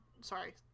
sorry